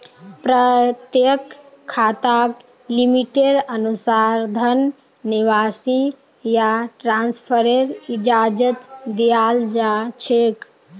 प्रत्येक खाताक लिमिटेर अनुसा र धन निकासी या ट्रान्स्फरेर इजाजत दीयाल जा छेक